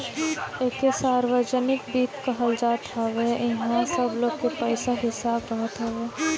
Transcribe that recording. एके सार्वजनिक वित्त कहल जात हवे इहवा सब लोग के पईसा के हिसाब रहत हवे